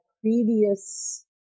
previous